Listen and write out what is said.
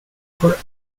for